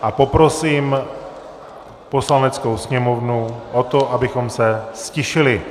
A poprosím Poslaneckou sněmovnu o to, abychom se ztišili.